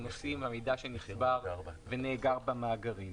המידע שנצבר ונאגר במאגרים.